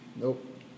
Nope